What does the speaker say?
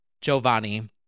Giovanni